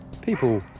people